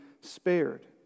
spared